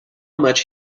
much